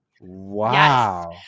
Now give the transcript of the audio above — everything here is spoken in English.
wow